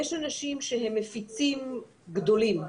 יש אנשים שהם מפיצים גדולים.